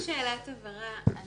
שאלת הבהרה.